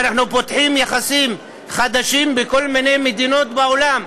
ואנחנו פותחים יחסים חדשים עם כל מיני מדינות בעולם,